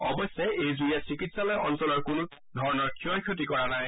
অৱশ্যে এই জুইয়ে চিকিৎসালয় অঞ্চলৰ কোনো ধৰণৰ ক্ষয় ক্ষতি কৰা নাই